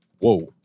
Whoa